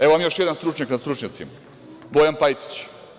Evo vam još jedan stručnjak nad stručnjacima, Bojan Pajtić.